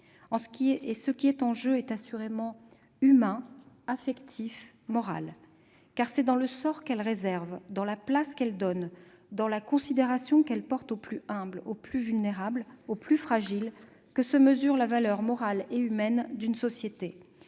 Ce qui est en jeu est assurément humain, affectif et moral. Car c'est dans le sort qu'elle réserve, dans la place qu'elle donne, dans la considération qu'elle porte aux plus humbles, aux plus vulnérables, aux plus fragiles, que se mesure la valeur morale et humaine d'une société.